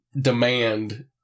demand